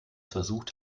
versucht